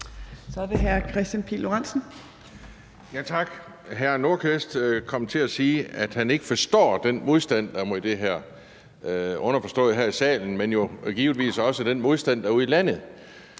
Kl. 12:24 Kristian Pihl Lorentzen (V): Hr. Rasmus Nordqvist kom til at sige, at han ikke forstår den modstand, der er imod det her, underforstået her i salen, men jo givetvis også den modstand, der er ude i landet.